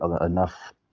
enough